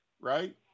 right